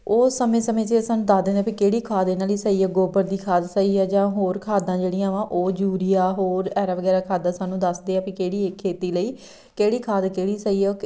ਉਸ ਸਮੇਂ ਸਮੇਂ ਸਿਰ ਸਾਨੂੰ ਦੱਸਦੇ ਹੁੰਦੇ ਵੀ ਕਿਹੜੀ ਖਾਦ ਇਹਨਾਂ ਲਈ ਸਹੀ ਆ ਗੋਬਰ ਦੀ ਖਾਦ ਸਹੀ ਆ ਜਾਂ ਹੋਰ ਖਾਦਾਂ ਜਿਹੜੀਆਂ ਵਾ ਉਹ ਯੂਰੀਆ ਹੋਰ ਐਰਾ ਵਗੈਰਾ ਖਾਦਾਂ ਸਾਨੂੰ ਦੱਸਦੇ ਆ ਵੀ ਕਿਹੜੀ ਖੇਤੀ ਲਈ ਕਿਹੜੀ ਖਾਦ ਕਿਹੜੀ ਸਹੀ ਆ